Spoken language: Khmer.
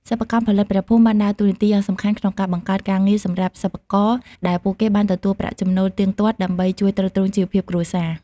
សិប្បកម្មផលិតព្រះភូមិបានដើរតួនាទីយ៉ាងសំខាន់ក្នុងការបង្កើតការងារសម្រាប់សិប្បករ ដែលពួកគេបានទទួលប្រាក់ចំណូលទៀងទាត់ដើម្បីជួយទ្រទ្រង់ជីវភាពគ្រួសារ។